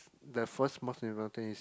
the first most important thing is